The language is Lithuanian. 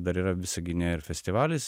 dar yra visagine ir festivalis